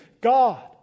God